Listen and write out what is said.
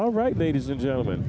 all right ladies and gentlemen